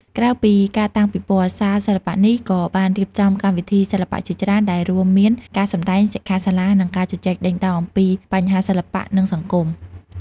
ក្រៅពីការតាំងពិពណ៌ សាលសិល្បៈនេះក៏បានរៀបចំកម្មវិធីសិល្បៈជាច្រើន ដែលរួមមានការសម្តែង សិក្ខាសាលា និងការជជែកដេញដោលអំពីបញ្ហាសិល្បៈ និងសង្គម។